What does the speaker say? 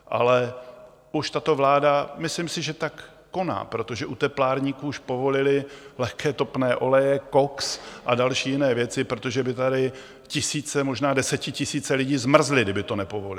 Ale už tato vláda, myslím si, že tak koná, protože u teplárníků už povolili lehké topné oleje, koks a další jiné věci, protože by tady tisíce, možná desetitisíce lidí zmrzly, kdyby to nepovolili.